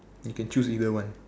you can choose either one